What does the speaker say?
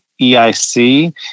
EIC